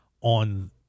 on